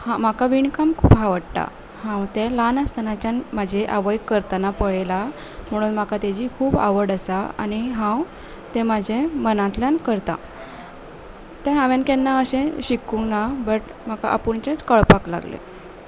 म्हाका विणकाम खूब आवडटा हांव तें ल्हान आसतनाच्यान म्हजी आवय करतना पळयलां म्हणून म्हाका ताची खूब आवड आसा आनी हांव तें म्हजें मनांतल्यान करतां तें हांवें केन्ना अशें शिकूंक ना बट म्हाका आपुणचेंच कळपाक लागलें